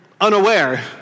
unaware